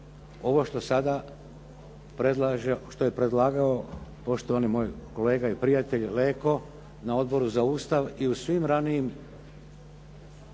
što je predlagao poštovani moj kolega i prijatelj Leko na Odboru za Ustav i u svim ranijim